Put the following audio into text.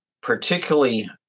particularly